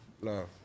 Love